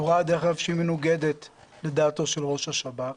הוראה שהיא מנוגדת לדעתו של ראש השב"כ,